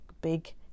big